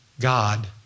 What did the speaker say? God